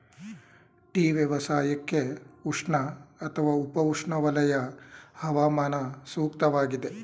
tea ವ್ಯವಸಾಯಕ್ಕೆ ಉಷ್ಣ ಅಥವಾ ಉಪ ಉಷ್ಣವಲಯ ಹವಾಮಾನ ಸೂಕ್ತವಾಗಿದೆ